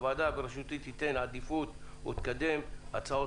הוועדה בראשותי תיתן עדיפות ותקדם הצעות